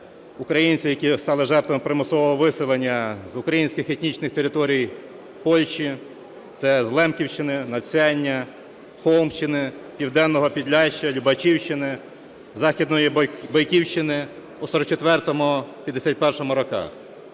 українців, які стали жертвами примусового виселення з українських етнічних територій Польщі – це з Лемківщини, Надсяння, Холмщини, Південного Підляшшя, Любачівщини, Західної Бойківщини у 1944-1951 роках.